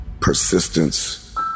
Persistence